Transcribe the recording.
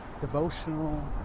devotional